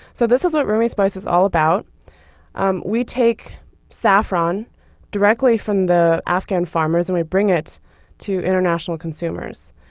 so this is what rumi spice is all about um we take saffron directly from the afghan farmers and we bring it to international consumers.